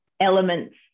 elements